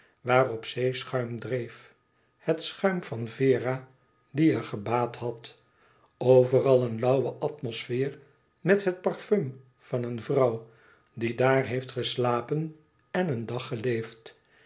waarop zeepschuim dreef het schuim van vera die er gebaad had overal een lauwe atmosfeer met het parfum van een vrouw die daar heeft geslapen en een dag geleefd